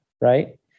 right